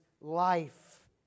life